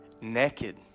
naked